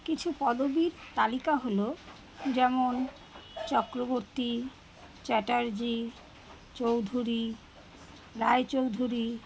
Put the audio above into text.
কিছু পদবীর তালিকা হলো যেমন চক্রবর্তী চ্যাটার্জি চৌধুরী রায়চৌধুরী